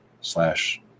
slash